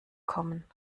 kommen